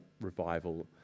revival